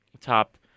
top